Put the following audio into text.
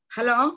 Hello